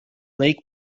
lake